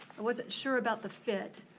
i wasn't sure about the fit.